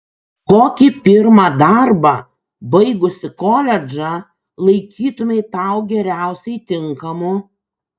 kokį pirmą darbą baigusi koledžą laikytumei tau geriausiai tinkamu